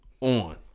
on